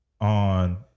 on